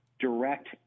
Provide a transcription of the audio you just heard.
direct